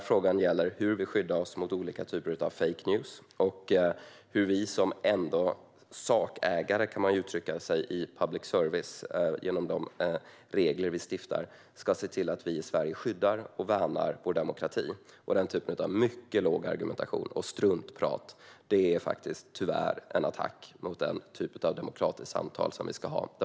Frågan gäller hur vi skyddar oss mot olika typer av fake news och hur vi, som ändå är sakägare i public service - så får man väl uttrycka det - genom de regler vi stiftar ska se till att vi i Sverige skyddar och värnar vår demokrati. Den typen av argumentation på mycket låg nivå och struntprat är tyvärr en attack mot det demokratiska samtal som vi ska ha.